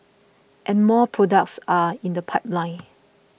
and more products are in the pipeline